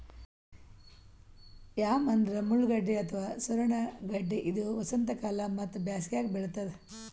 yam ಅಂದ್ರ ಮುಳ್ಳಗಡ್ಡಿ ಅಥವಾ ಸೂರಣ ಗಡ್ಡಿ ಇದು ವಸಂತಕಾಲ ಮತ್ತ್ ಬ್ಯಾಸಿಗ್ಯಾಗ್ ಬೆಳಿತದ್